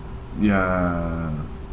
ya